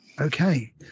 Okay